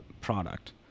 product